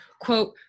quote